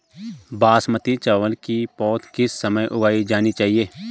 बासमती चावल की पौध किस समय उगाई जानी चाहिये?